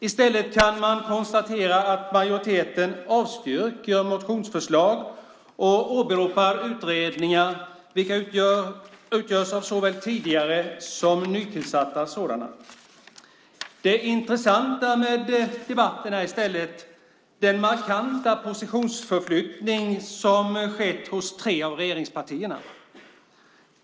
I stället kan man konstatera att majoriteten avstyrker motionsförslag och åberopar utredningar, vilka utgörs av såväl tidigare som nytillsatta sådana. Det intressanta med debatten är i stället den markanta positionsförflyttning som skett hos tre av regeringspartierna.